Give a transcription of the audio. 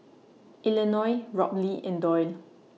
Eleonore Robley and Doyle